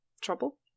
Trouble